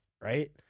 right